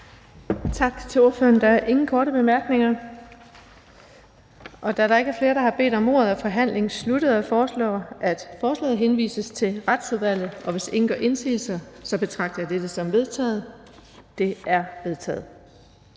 Mette Thiesen fra Dansk Folkeparti. Der er ikke flere, der har bedt om ordet, og derfor er forhandlingen sluttet. Jeg foreslår, at forslagene henvises til Retsudvalget, og hvis ingen gør indsigelse, betragter jeg dette som vedtaget. Det er vedtaget.